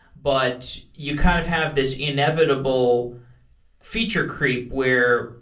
but you kind of have this inevitable feature creep where,